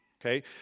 Okay